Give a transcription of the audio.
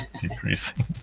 decreasing